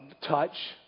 touch